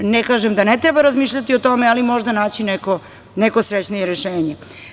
Ne kažem da ne treba razmišljati o tome, ali možda naći neko srećnije rešenje.